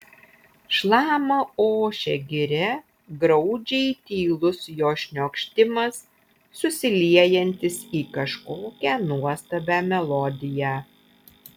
šlama ošia giria graudžiai tylus jos šniokštimas susiliejantis į kažkokią nuostabią melodiją